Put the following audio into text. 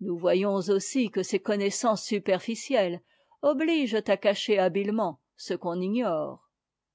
nous voyons aussi que ces connaissances superficielles obligent à cacher habilement ce qu'on ignore